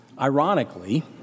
Ironically